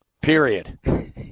Period